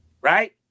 right